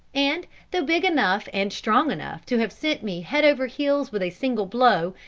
and, though big enough and strong enough to have sent me head over heels with a single blow,